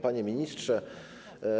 Panie Ministrze!